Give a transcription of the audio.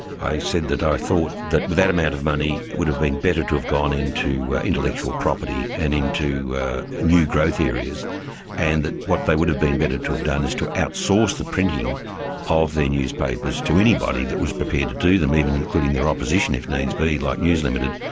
i said that i thought that with that amount of money it would have been better to have gone into intellectual property and into new growth areas and that what they would have been better to have done is to outsource the printing of their newspapers to anybody that was prepared to do them, even including their opposition if needs be, like news limited.